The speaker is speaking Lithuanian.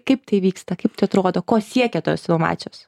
kaip tai vyksta kaip tai atrodo ko siekia tos inovacijos